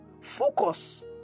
focus